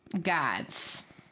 gods